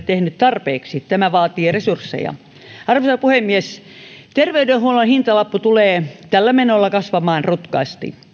tarpeeksi tämä vaatii resursseja arvoisa puhemies terveydenhuollon hintalappu tulee tällä menolla kasvamaan rutkasti